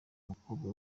mukobwa